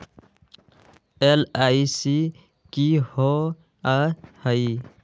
LIC की होअ हई?